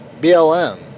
BLM